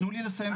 בועז, אני מבקשת.